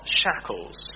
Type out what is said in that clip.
shackles